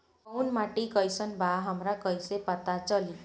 कोउन माटी कई सन बा हमरा कई से पता चली?